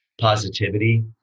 positivity